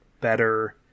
better